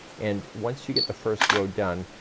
and once you get the first row done,